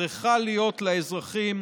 צריכה להיות לאזרחים